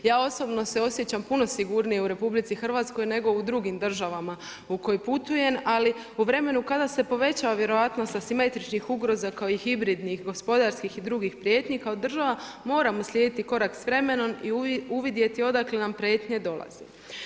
Ja osobno se osjećam puno sigurnije u RH, nego u drugim državama u koje putujem, ali u vremenu kada se povećava vjerojatnost sa simetričnim ugroza kao i hibridnih, gospodarskih i drugih prijetnji, kao država moramo slijediti korak s vremenom i uvidjeti odakle nam prijetnje dolaze.